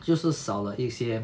就是少了一些